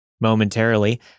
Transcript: Momentarily